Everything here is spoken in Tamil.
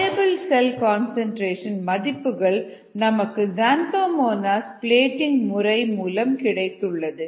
வயபிள் செல் கன்சன்ட்ரேஷன் மதிப்புகள் நமக்கு க்சாந்தோமோனாஸ் பிளேடிங் முறை மூலம் கிடைத்துள்ளது